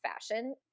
fashion